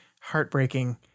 heartbreaking